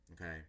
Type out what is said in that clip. Okay